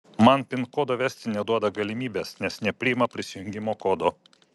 man pin kodo vesti neduoda galimybės nes nepriima prisijungimo kodo